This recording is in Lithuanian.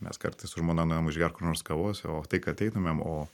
mes kartais su žmona nueinam išgert kur nors kavos o tai kad eitumėm o